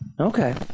Okay